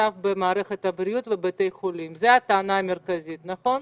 המצב במערכת הבריאות ובתי החולים - זו הטענה המרכזית נכון?